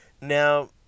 Now